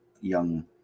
young